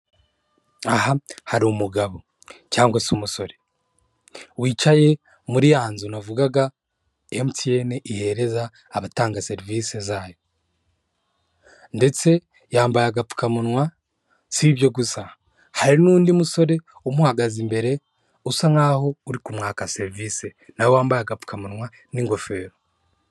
Aha hari umugabo cyangwa se umusore wicaye muri ya nzu navugaga emutiyene ihereza abatanga serivise zayo ndetse yambaye agapfukamunwa, sibyo gusa hari n'undi musore umuhagaze imbere usa nk'aho uri kumwaka serivise nawe wambaye agapfukamunwa n'ingofero.